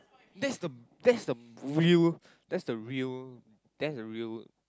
that's the that's the real that's the real that's the real